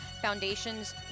foundation's